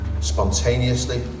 spontaneously